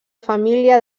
família